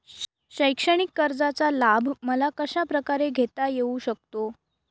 शैक्षणिक कर्जाचा लाभ मला कशाप्रकारे घेता येऊ शकतो?